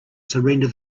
surrender